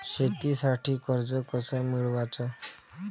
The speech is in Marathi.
शेतीसाठी कर्ज कस मिळवाच?